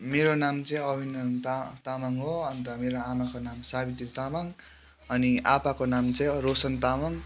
मेरो नाम चाहिँ अबिनम ता तामाङ हो अन्त मेरो आमाको नाम साबित्री तामाङ अनि आपाको नाम चाहिँ रोसन तामाङ